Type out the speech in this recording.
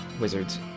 Wizards